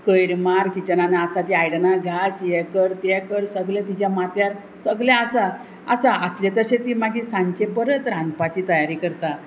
कयर मार किचनान आसा ती आयदनां घास हें कर तें कर सगले तिच्या माथ्यार सगलें आसा आसा आसले तशें ती मागीर सांचे परत रांदपाची तयारी करता